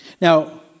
Now